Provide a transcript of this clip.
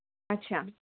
আচ্ছা